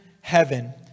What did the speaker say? heaven